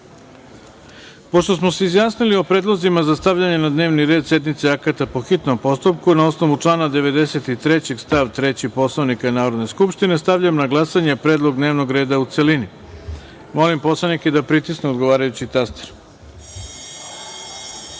smo se izjasnili o predlozima za stavljanje na dnevni red sednice akata po hitnom postupku, na osnovu člana 93. stav 3. Poslovnika Narodne skupštine, stavljam na glasanje predlog dnevnog reda u celini. Molim poslanike da pritisnu odgovarajući